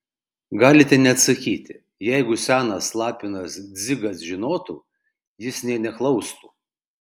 galite neatsakyti jeigu senas lapinas dzigas žinotų jis nė neklaustų